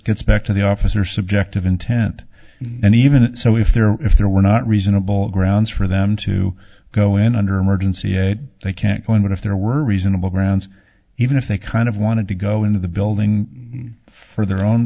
gets back to the officer subject of intent and even so if there if there were not reasonable grounds for them to go in under emergency they can't go in what if there were reasonable grounds even if they kind of wanted to go into the building for their own